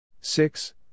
six